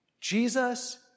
Jesus